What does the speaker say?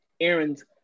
Aaron's